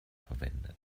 verwendet